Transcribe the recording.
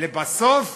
ולבסוף,